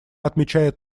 отмечает